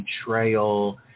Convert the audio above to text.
betrayal